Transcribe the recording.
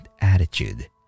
attitude